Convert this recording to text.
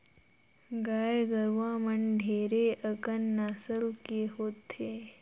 गाय गरुवा मन ढेरे अकन नसल के होथे